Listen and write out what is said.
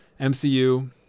MCU